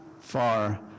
far